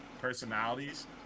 personalities